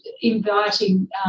inviting